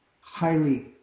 highly